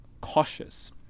cautious